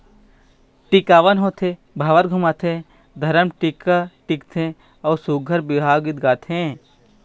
टिकावन होथे, भांवर घुमाथे, धरम टीका टिकथे अउ सुग्घर बिहाव गीत गाथे